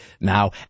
now